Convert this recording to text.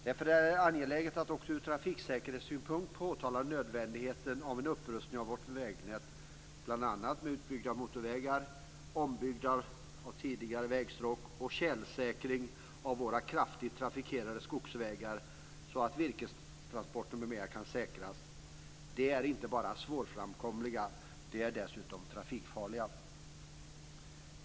Därför är det angeläget att också från trafiksäkerhetssynpunkt påtala nödvändigheten av en upprustning av vårt vägnät bl.a. med utbyggda motorvägar, ombyggnad av tidigare vägstråk och tjälsäkring av våra kraftigt trafikerade skogsvägar så att virkestransporter m.m. kan säkras. De här vägarna är inte bara svårframkomliga, utan de är också trafikfarliga.